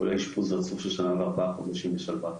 כולל אשפוז רצוף של שנה וארבעה חודשים בשלוותה.